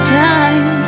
time